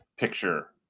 Picture